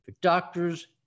doctors